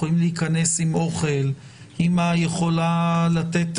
יכולים להיכנס עם אוכל וגם אימא יכולה לתת